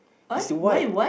is white